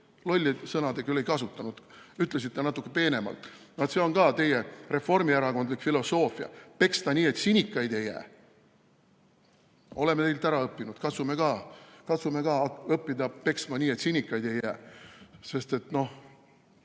"lollid" te küll ei kasutanud, ütlesite natuke peenemalt. See on ka teie reformierakondlik filosoofia: peksta nii, et sinikaid ei jää. Me oleme teilt õppinud, katsume ka õppida peksma nii, et sinikaid ei jää. Me peame